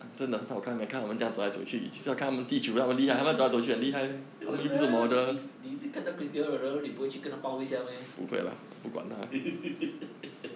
!walao! 你你是看都 cristiano ronaldo 你不会去跟他抱一下 meh